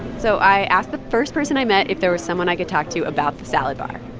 so i asked the first person i met if there was someone i could talk to about the salad bar,